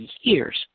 years